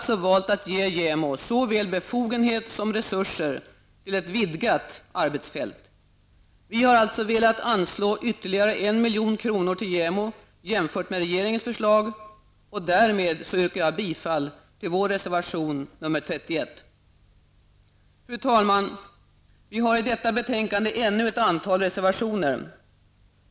Vi har valt att ge JämO såväl befogenhet som resurser till ett vidgat arbetsfält. Vi har sålunda jämfört med regeringens förslag velat anslå ytterligare 1 milj.kr. till JämO. Därmed yrkar jag bifall till vår reservation 31. Fru talman! Vi har till detta betänkande ännu ett antal reservationer.